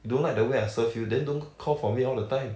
you don't like the way I serve you then don't call for me all the time